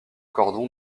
cordon